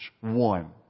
One